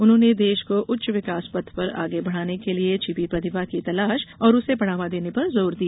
उन्होंने देश को उच्च विकास पथ पर आगे बढ़ाने के लिए छिपी प्रतिभा की तलाश और उसे बढ़ावा देने पर जोर दिया